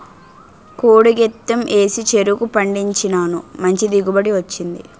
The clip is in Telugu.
కోడి గెత్తెం ఏసి చెరుకు పండించినాను మంచి దిగుబడి వచ్చింది